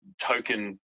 token